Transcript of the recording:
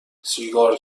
سیگار